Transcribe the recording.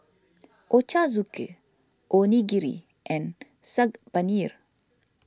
Ochazuke Onigiri and Saag Paneer